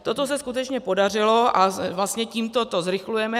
Toto se skutečně podařilo a vlastně tímto to zrychlujeme.